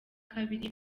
kabiri